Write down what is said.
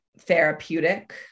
therapeutic